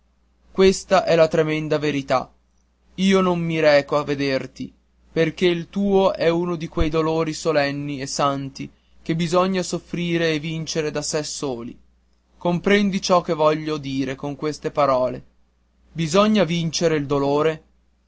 questa è la tremenda verità io non mi reco a vederti perché il tuo è uno di quei dolori solenni e santi che bisogna soffrire e vincere da sé soli comprendi ciò che voglio dire con queste parole bisogna vincere il dolore